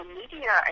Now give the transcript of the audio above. media